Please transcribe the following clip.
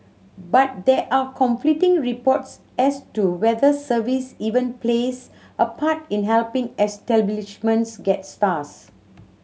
but there are conflicting reports as to whether service even plays a part in helping establishments get stars